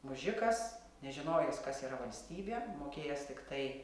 mužikas nežinojęs kas yra valstybė mokėjęs tiktai